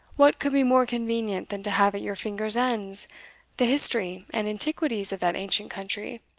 what could be more convenient than to have at your fingers' ends the history and antiquities of that ancient country,